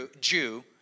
Jew